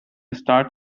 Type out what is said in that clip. start